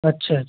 अच्छा अच्छा